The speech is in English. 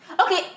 Okay